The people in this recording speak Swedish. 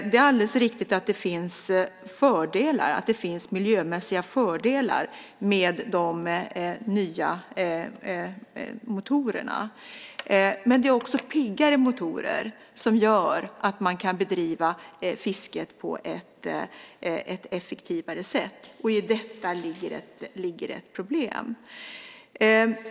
Det är alldeles riktigt att det finns miljömässiga fördelar med de nya motorerna. Men det är också piggare motorer som gör att man kan bedriva fisket på ett effektivare sätt, och i detta ligger ett problem.